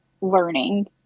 learning